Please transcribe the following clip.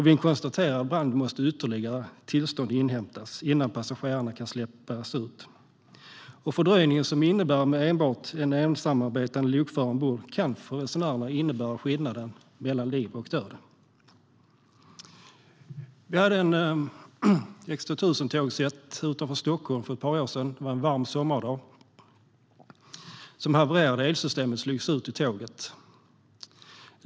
Vid en konstaterad brand måste ytterligare tillstånd inhämtas innan passagerarna kan släppas ut. Fördröjningen som det innebär med endast en ensamarbetande lokförare ombord kan för resenärerna vara skillnaden mellan liv och död. Vi hade ett X 2000-tågsätt som havererade en varm sommardag utanför Stockholm för ett par år sedan. Tågets elsystem slogs ut.